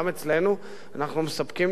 אנחנו מספקים לכל השוק הזה ביחד.